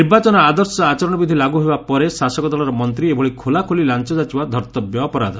ନିର୍ବାଚନ ଆଦର୍ଶ ଆଚରଣବିଧି ଲାଗୁ ହେବା ପରେ ଶାସକ ଦଳର ମନ୍ତୀ ଏଭଳି ଖୋଲାଖୋଲି ଲାଞ ଯାଚିବା ଧର୍ଭବ୍ୟ ଅପରାଧ